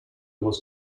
was